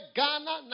Ghana